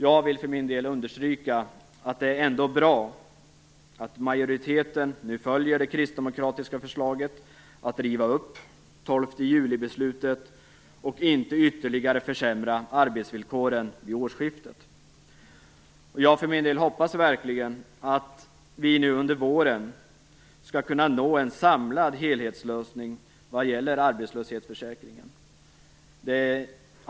Jag vill för min del understryka att det ändå är bra att majoriteten nu följer det kristdemokratiska förslaget om att riva upp beslutet från den 12 juli och inte ytterligare försämra arbetsvillkoren vid årsskiftet. Jag hoppas verkligen att vi nu under våren skall kunna nå en samlad helhetslösning vad gäller arbetslöshetsförsäkringen.